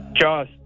Jaws